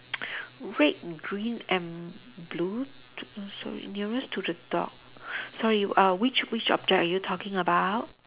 red green and blue okay so nearest to the dog sorry err which which object are you talking about